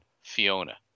fiona